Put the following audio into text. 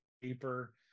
paper